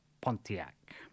Pontiac